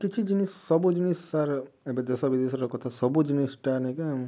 କିଛି ଜିନିଷ୍ ସବୁ ଜିନିଷ୍ ଆର୍ ଏବେ ଦେଶ୍ ବିଦେଶର କଥା ସବୁ ଜିନିଷ୍ ଟା ନେଇକି